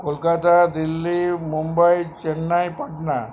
Kolkata Delhi Mumbai Chennai Patna